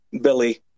Billy